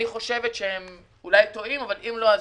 אני חושבת שהם אולי טועים ואם לא,